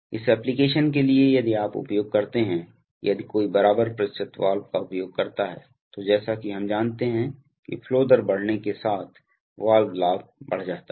इस एप्लिकेशन के लिए यदि आप उपयोग करते हैं यदि कोई बराबर प्रतिशत वाल्व का उपयोग करता है तो जैसा कि हम जानते हैं कि फ्लो दर बढ़ने के साथ वाल्व लाभ बढ़ जाता है